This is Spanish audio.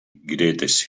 greatest